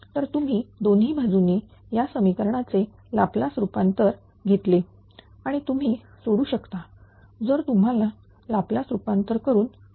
तर तुम्ही दोन्ही बाजूने या समीकरणा चे लाप्लास रूपांतर घेतले आणि तुम्ही सोडू शकता जर तुम्ही लाप्लास रूपांतर करून सोडवू शकतात